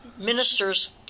ministers